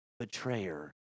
Betrayer